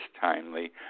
timely